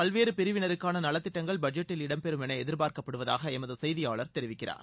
பல்வேறு பிரிவினருக்கான நலத்திட்டங்கள் பட்ஜெட்டில் சமுதாயத்தின் இடம்பெறம் என எதிர்பார்க்கப்படுவதாக எமது செய்தியாளர் தெரிவிக்கிறார்